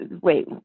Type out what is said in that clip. wait